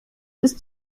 ist